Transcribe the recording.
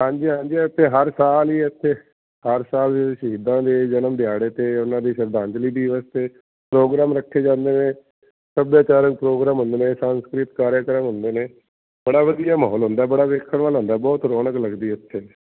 ਹਾਂਜੀ ਹਾਂਜੀ ਇੱਥੇ ਹਰ ਸਾਲ ਹੀ ਇੱਥੇ ਹਰ ਸਾਲ ਸ਼ਹੀਦਾਂ ਦੇ ਜਨਮ ਦਿਹਾੜੇ 'ਤੇ ਉਹਨਾਂ ਦੀ ਸ਼ਰਧਾਂਜਲੀ ਦਿਵਸ ਤੇ ਪ੍ਰੋਗਰਾਮ ਰੱਖੇ ਜਾਂਦੇ ਨੇ ਸੱਭਿਆਚਾਰਕ ਪ੍ਰੋਗਰਾਮ ਹੁੰਦੇ ਨੇ ਸੰਸਕ੍ਰਿਤ ਕਾਰਿਆਕ੍ਰਮ ਹੁੰਦੇ ਨੇ ਬੜਾ ਵਧੀਆ ਮਾਹੌਲ ਹੁੰਦਾ ਬੜਾ ਵੇਖਣ ਵਾਲਾ ਹੁੰਦਾ ਬਹੁਤ ਰੌਣਕ ਲੱਗਦੀ ਉੱਥੇ